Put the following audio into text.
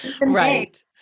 right